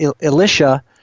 Elisha